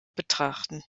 betrachten